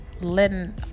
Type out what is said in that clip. letting